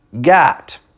got